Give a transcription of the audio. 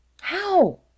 How